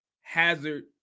hazard